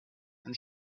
and